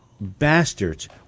bastards